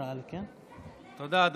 תודה.